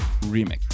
remix